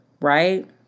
Right